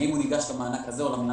האם הוא ניגש למענק הזה או השני,